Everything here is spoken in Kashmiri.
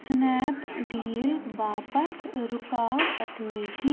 سِنیپ ڈیٖل باپتھ رُکاو اَدٲیگی